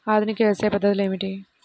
ఆధునిక వ్యవసాయ పద్ధతులు ఏమిటి?